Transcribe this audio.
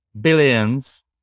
billions